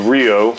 Rio